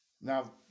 Now